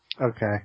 Okay